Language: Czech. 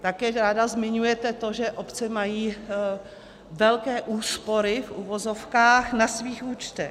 Také ráda zmiňujete to, že obce mají velké úspory, v uvozovkách, na svých účtech.